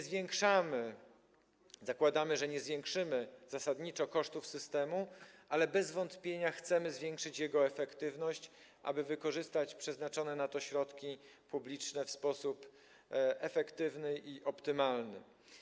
Zakładamy, że nie zwiększymy zasadniczo kosztów systemu, ale bez wątpienia chcemy zwiększyć jego efektywność, aby wykorzystać przeznaczone na to środki publiczne w sposób efektywny, optymalny.